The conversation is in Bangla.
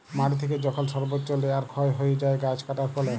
মাটি থেকে যখল সর্বচ্চ লেয়ার ক্ষয় হ্যয়ে যায় গাছ কাটার ফলে